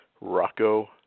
Rocco